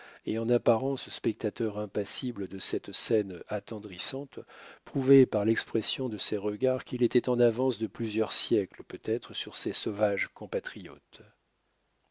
et en apparence spectateur impassible de cette scène attendrissante prouvait par l'expression de ses regards qu'il était en avance de plusieurs siècles peut-être sur ses sauvages compatriotes